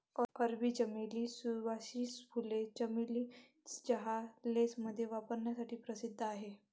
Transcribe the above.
अरबी चमेली, सुवासिक फुले, चमेली चहा, लेसमध्ये वापरण्यासाठी प्रसिद्ध आहेत